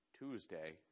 Tuesday